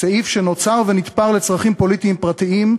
סעיף שנוצר ונתפר לצרכים פוליטיים פרטיים,